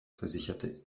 versicherte